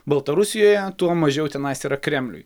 baltarusijoje tuo mažiau tenais yra kremliui